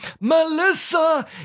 Melissa